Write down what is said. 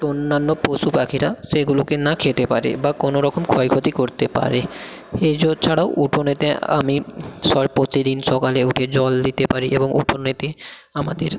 অন্যান্য পশু পাখিরা সেগুলোকে না খেতে পারে বা কোনো রকম ক্ষয়ক্ষতি করতে পারে ছাড়াও উঠোনেতে আমি প্রতিদিন সকালে উঠে জল দিতে পারি এবং উঠোনেতে আমাদের